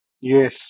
Yes